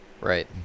Right